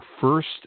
first